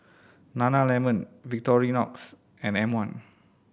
Nana Lemon Victorinox and M One